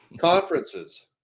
Conferences